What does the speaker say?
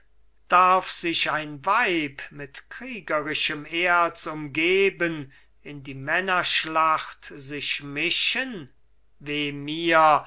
darf sich ein weib mit kriegerischem erz umgeben in die männerschlacht sich mischen weh mir